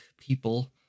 people